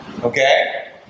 okay